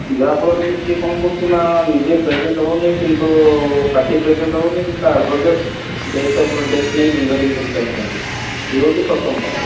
ଯାହାଫଳରେ କି ସିଏ କ'ଣ କରୁଛି ନା ନିଜେ ପ୍ରେଜେଣ୍ଟ୍ ହେଉନି କିନ୍ତୁ ପାଟି ପ୍ରେଜେଣ୍ଟ୍ ହେଉନି କିନ୍ତୁ ତା ଆଡ଼ଭୋକେଟ୍ ଡେଟ୍ ଅଫ୍ ଡେଟ୍ ନେଇ ଲିଙ୍ଗରିଙ୍ଗ୍ କରି ଚାଲିଛନ୍ତି ଇଏ ହଉଛି ପ୍ରଥମ ପାର୍ଟ୍